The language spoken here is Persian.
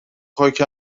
خاک